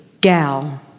gal